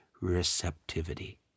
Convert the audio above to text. receptivity